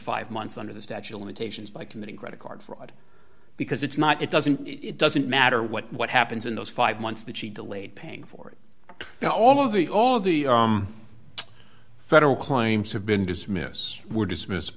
five months under the statute of limitations by committing credit card fraud because it's not it doesn't it doesn't matter what what happens in those five months that she delayed paying for it now all of it all of the federal claims have been dismiss were dismissed